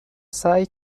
سعی